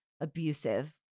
abusive